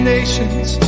Nations